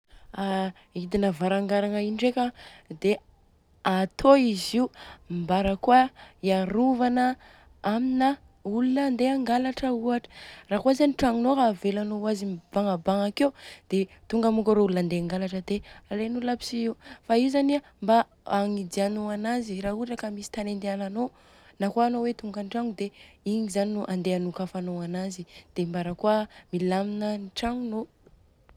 A hidina varangaragna io ndreka a dia atô izy io mbarakôa hiarovana amina olona hangalatra ohatra. Raha kôa zany tragnonô ka avelanô oazy mibagnabagna akeo dia tonga moko arô olona handeha angalatra dia alen'olona aby si Io. Fa io zany an mba agnidianô ananjy raha kôa misy tany andianana anô, na kôa anô hoe tonga an-dragno dia igny zany no handeha anokafanô ananjy dia mbarakôa milamina ny tragnonô.